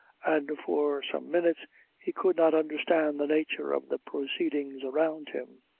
and for some minutes he could not understand the nature of the proceedings around him.